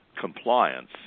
compliance